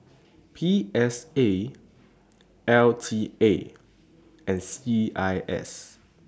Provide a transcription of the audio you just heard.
P S A L T A and C I S